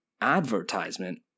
advertisement